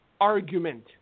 argument